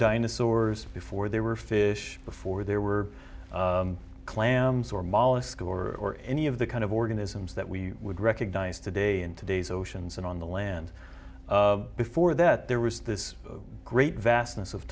dinosaurs before there were fish before there were clams or mollusk or any of the kind of organisms that we would recognize today in today's oceans and on the land before that there was this great vastness of